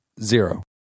zero